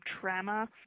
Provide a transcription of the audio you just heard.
trauma